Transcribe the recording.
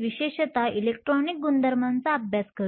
विशेषतः इलेक्ट्रॉनिक गुणधर्मांचा अभ्यास करू